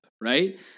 Right